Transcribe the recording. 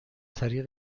طریق